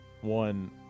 one